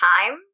time